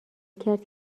کرد